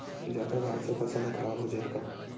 जादा बाढ़ से फसल ह खराब हो जाहि का?